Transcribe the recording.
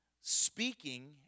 speaking